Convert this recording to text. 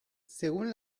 según